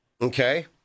okay